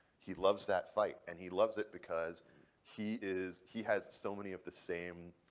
he loves that fight, and he loves it because he is he has so many of the same